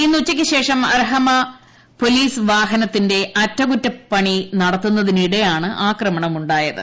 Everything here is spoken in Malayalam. ഇന്ന് ഉച്ചുയ്ക്ക് ശേഷം അരഹമയിൽ പോലീസ് വാഹനത്തിന്റെ അറ്റകുറ്റപ്പണി നടത്തുന്നതിനിടെയാണ് ആക്രമണം ഉ ായത്